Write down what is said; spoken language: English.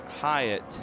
Hyatt